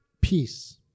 peace